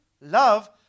love